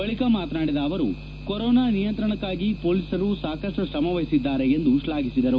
ಬಳಕ ಮಾತನಾಡಿದ ಕೊರೊನಾ ನಿಯಂತ್ರಣಕ್ಕಾಗಿ ಪೋಲಿಸರು ಸಾಕಷ್ಟು ಶ್ರಮವಹಿಸಿದ್ದಾರೆ ಎಂದು ಶ್ಲಾಘಿಸಿದರು